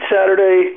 Saturday